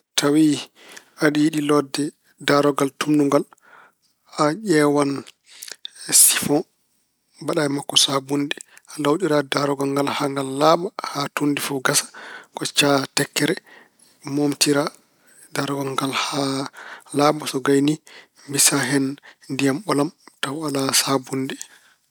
Tawi aɗa yiɗi lootde daarorgal tuumnugal, a ƴeewan sifoŋ, mbaɗa e makko saabunnde. Lawƴira daarorgal ngal haa ngal laaɓa, haa tuundi ndi fof gasa. Koccaa tekkere moomtira daarorgal ngal haa laaɓa. So gayni, mbisa hen ndiyam ɓolam tawa ala saabunnde.